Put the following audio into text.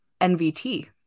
NVT